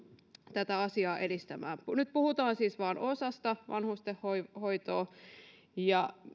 tätä asiaa edistämään nyt puhutaan siis vain osasta vanhustenhoitoa ja